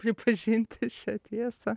pripažinti šią tiesą